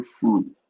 food